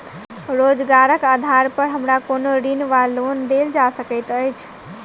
रोजगारक आधार पर हमरा कोनो ऋण वा लोन देल जा सकैत अछि?